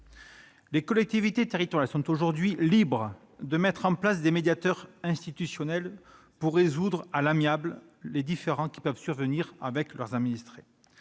Les collectivités territoriales sont aujourd'hui libres de mettre en place des médiateurs institutionnels pour résoudre à l'amiable les différends pouvant survenir avec leurs administrés.